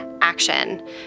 action